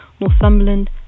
Northumberland